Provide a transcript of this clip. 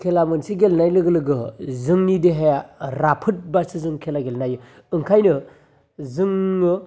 खेला मोनसे गेलेनाय लोगो लोगो जोंनि देहाया राफोद बासो जोङो खेला गेलेनो हायो ओंखायनो जोंङो